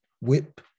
whip